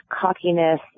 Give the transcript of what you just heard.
cockiness